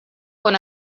con